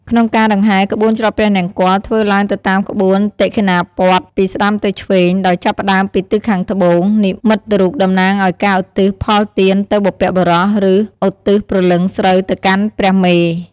ក្នុងការដង្ហែរក្បួនច្រត់ព្រះនង្គ័លធ្វើឡើងទៅតាមក្បួនទក្ខិណាព័ទ្ធ ពីស្ដាំទៅឆ្វេង ដោយចាប់ផ្ដើមពីទិសខាងត្បូង និមិត្តរូបតំណាងឱ្យការឧទ្ទិសផលទានទៅបុព្វបុរស ឬ ឧទ្ទិសព្រលឹងស្រូវទៅកាន់ព្រះមេ។